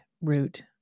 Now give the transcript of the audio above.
root